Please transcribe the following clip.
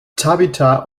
tabitha